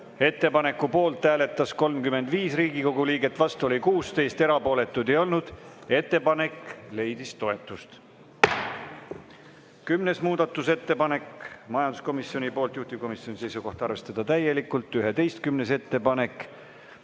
Ettepaneku poolt hääletas 35 Riigikogu liiget, vastu oli 16, erapooletuid ei olnud. Ettepanek leidis toetust. 10. muudatusettepanek, majanduskomisjonilt, juhtivkomisjoni seisukoht: arvestada täielikult. 11. ettepanek,